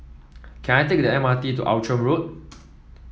can I take the M R T to Outram Road